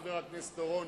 חבר הכנסת אורון,